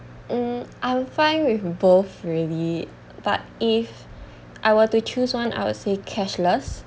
mm I'm fine with both really but if I were to choose one I would say cashless